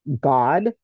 God